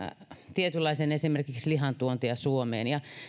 esimerkiksi tietynlaisen lihan tuontia suomeen